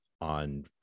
on